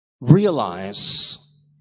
realize